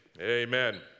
amen